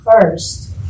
first